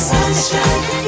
Sunshine